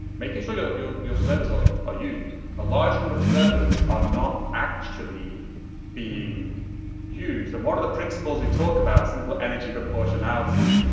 making sure your your servers are ah used. a large number of servers are not actually being used. and one of the principles we talk about is something called energy proportionality